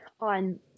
on